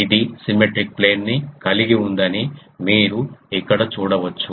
ఇది symmetric plane ని కలిగి ఉందని మీరు ఇక్కడ చూడవచ్చు